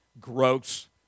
gross